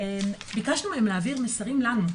ביקשנו מהם להעביר מסרים לנו,